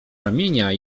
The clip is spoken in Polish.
ramienia